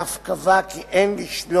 ואף קבע כי אין לשלול,